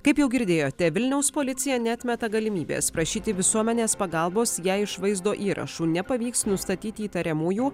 kaip jau girdėjote vilniaus policija neatmeta galimybės prašyti visuomenės pagalbos jei iš vaizdo įrašų nepavyks nustatyti įtariamųjų